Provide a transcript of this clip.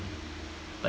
but